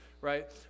right